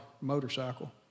motorcycle